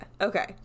Okay